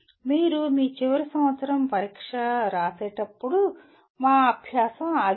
మీరు మీ చివరి సంవత్సరం పరీక్ష రాసేటప్పుడు మా అభ్యాసం ఆగిపోదు